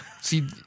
See